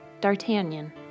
d'Artagnan